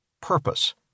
purpose